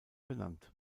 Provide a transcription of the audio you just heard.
benannt